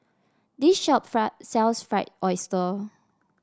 this shop fry sells Fried Oyster